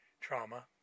trauma